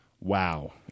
wow